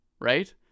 right